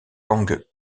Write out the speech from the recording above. langues